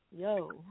yo